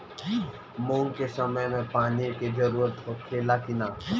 मूंग के समय मे पानी के जरूरत होखे ला कि ना?